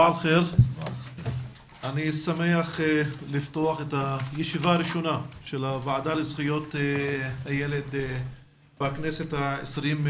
אני שמח לפתוח את ישיבת הוועדה המיוחדת לזכויות הילד בכנסת ה-23.